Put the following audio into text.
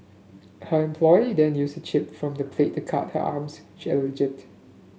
her employee then used a chip from the plate to cut her arms she alleged